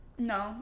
No